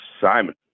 Simon